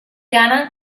ganan